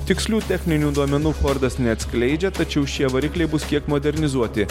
tikslių techninių duomenų fordas neatskleidžia tačiau šie varikliai bus kiek modernizuoti